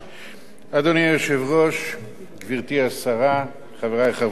אדוני היושב-ראש, גברתי השרה, חברי חברי הכנסת,